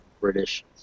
British